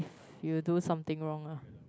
you do something wrong lah